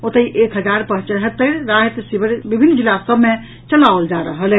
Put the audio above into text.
ओतहि एक हजार पचहत्तरि राहत शिविर विभिन्न जिला सभ मे चलाओल जा रहल अछि